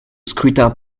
scrutin